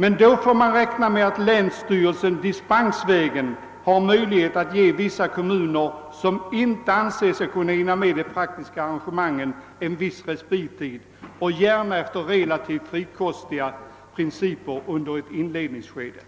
Men då får man räkna med att länsstyrelsen dispensvägen har möjlighet att ge vissa kommuner, som inte anser sig kunna hinna med de praktiska arrangemangen, en viss respittid — gärna efter relativt frikostiga principer under ett inledningsskede.